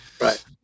right